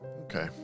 Okay